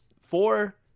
four